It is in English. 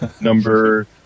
Number